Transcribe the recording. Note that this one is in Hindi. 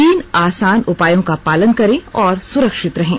तीन आसान उपायों का पालन करें और सुरक्षित रहें